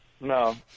No